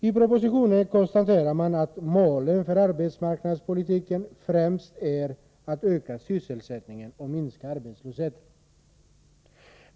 I propositionen konstaterar man att målen för arbetsmarknadspolitiken främst är att öka sysselsättningen och minska arbetslösheten.